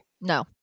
No